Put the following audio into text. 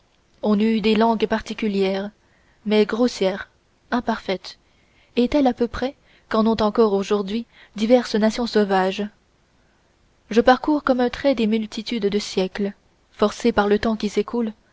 on eut des langues particulières mais grossières imparfaites et telles à peu près qu'en ont encore aujourd'hui diverses nations sauvages je parcours comme un trait des multitudes de siècles forcé par le temps qui s'écoule